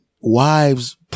wives